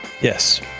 Yes